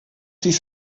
dies